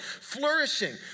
flourishing